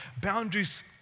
boundaries